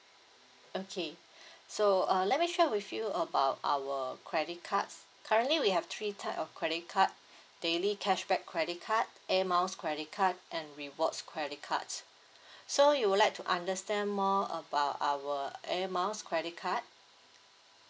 okay so uh let me share with you about our credit cards currently we have three type of credit card daily cashback credit card airmiles credit card and rewards credit cards so you would like to understand more about our airmiles credit card